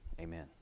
Amen